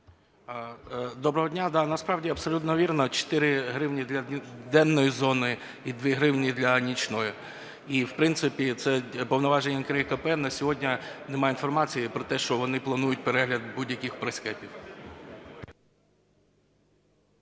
Доброго дня! Насправді абсолютно вірно, 4 гривні для денної зони і 2 гривні для нічної. І, в принципі, в повноваженнях НКРЕКП на сьогодні нема інформації про те, що вони планують перегляд будь-яких прайскепів.